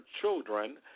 children